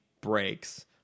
breaks